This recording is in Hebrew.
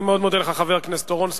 אני מאוד מודה לך, חבר הכנסת אורון.